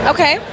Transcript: Okay